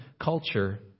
culture